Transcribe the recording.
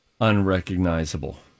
unrecognizable